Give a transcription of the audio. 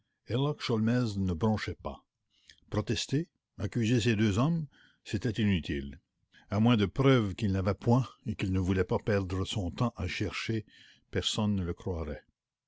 ne broncha pas protester accuser ces deux hommes c'était inutile à moins de preuves qu'il n'avait point et qu'il ne voulait pas perdre son temps à chercher personne ne le croirait